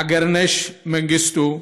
אגרנש מנגיסטו בכאב: